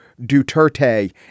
Duterte